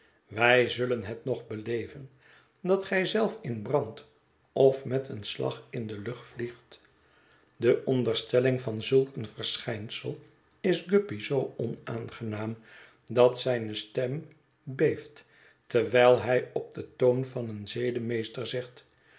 wij zullen het nog beleven dat gij zelf in brand of met een slag in de lucht vliegt de onderstelling van zulk een verschijnsel is guppy zoo onaangenaam dat zijne stem beeft terwijl hij op den toon van een zedemeester zegt